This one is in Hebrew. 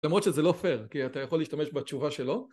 למרות שזה לא פייר, כי אתה יכול להשתמש בתשובה שלו.